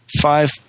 five